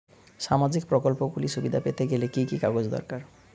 সামাজীক প্রকল্পগুলি সুবিধা পেতে গেলে কি কি কাগজ দরকার?